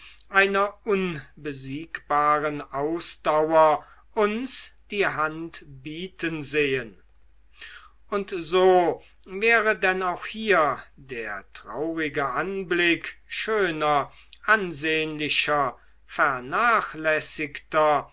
einer unbesiegbaren ausdauer uns die hand bieten sehen und so wäre denn auch hier der traurige anblick schöner ansehnlicher vernachlässigter